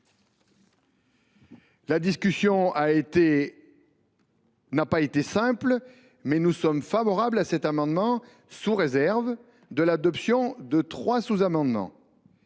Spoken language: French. La discussion n’a pas été simple ; nous sommes favorables à votre amendement, sous réserve de l’adoption de trois sous amendements,